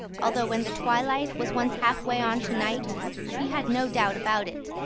although when the twilight was once half-way on to night he had no doubt about it,